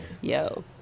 yo